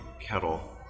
kettle